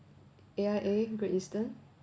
A_I_A Great Eastern